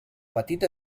petita